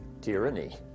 Tyranny